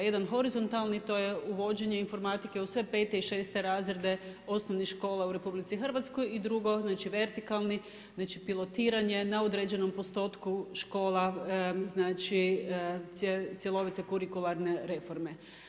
Jedan horizontalni, to je uvođenje informatike u sve 5. i 6. razrede osnovnih škola u RH, i drugo znači vertikalni, znali pilotiranje na određenom postotku škola, znači cjelovite kurikularne reforme.